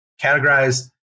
categorize